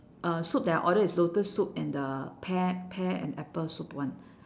uh soup that I order is lotus soup and the pear pear and apple soup [one]